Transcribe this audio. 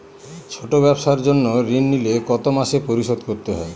ছোট ব্যবসার জন্য ঋণ নিলে কত মাসে পরিশোধ করতে হয়?